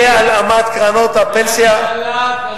מהלאמת קרנות הפנסיה, מהצלת קרנות הפנסיה.